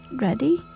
ready